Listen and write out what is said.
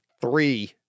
three